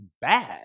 bad